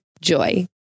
joy